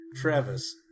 Travis